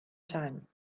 time